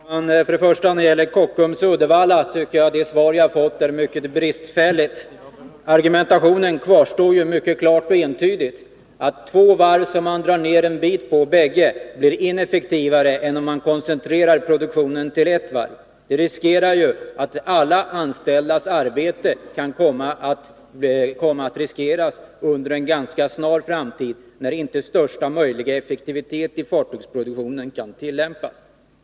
Herr talman! För det första tycker jag att det svar jag har fått beträffande Kockums och Uddevallavarvet är mycket bristfälligt. Det kvarstår ju mycket klart och entydigt att två varv, som man drar ner en bit på, bägge blir ineffektivare än om man koncentrerar produktionen till ett varv. Alla anställdas arbete kan komma att riskeras under en ganska snar framtid, när största möjliga effektivitet i fartygsproduktionen inte tillämpas.